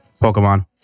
Pokemon